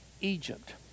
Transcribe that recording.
Egypt